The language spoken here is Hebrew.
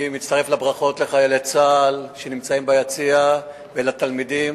אני מצטרף לברכות לחיילי צה"ל שנמצאים ביציע ולתלמידים.